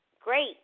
great